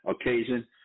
occasion